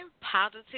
positive